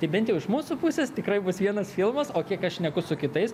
tai bent jau iš mūsų pusės tikrai bus vienas filmas o kiek aš šneku su kitais